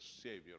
savior